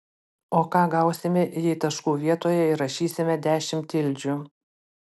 o ką gausime jei taškų vietoje įrašysime dešimt tildžių